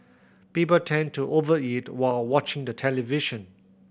people tend to over eat while watching the television